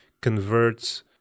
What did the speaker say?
converts